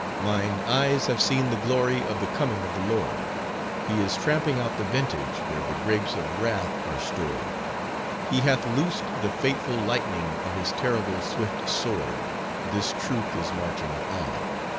mine eyes have seen the glory of the coming of the lord he is tramping out the vintage where the grapes of wrath are stored he hath loosed the fateful lightning of his terrible swift sword this truth is marching on.